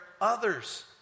others